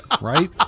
Right